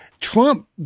Trump